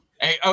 hey